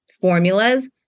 formulas